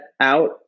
out